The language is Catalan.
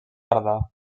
tardà